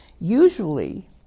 usually